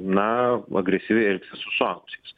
na agresyviai elgiasi su suaugusiais